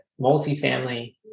multifamily